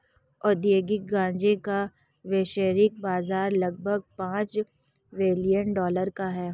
औद्योगिक गांजे का वैश्विक बाजार लगभग पांच बिलियन डॉलर का है